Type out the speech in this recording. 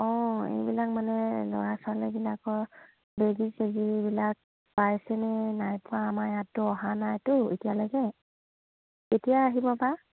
অঁ এইবিলাক মানে ল'ৰা ছোৱালীবিলাকৰ বেজী চেজীবিলাক পাইছেনে নাইপোৱা আমাৰ ইয়াততো অহা নাইতো এতিয়ালৈকে কেতিয়াই আহিবনা বা